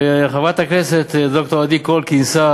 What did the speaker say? וחברת הכנסת ד"ר עדי קול כינסה